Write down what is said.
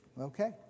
Okay